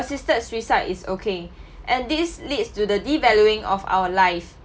assisted suicide is okay and this leads to the devaluing of our life